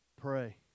pray